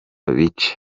bice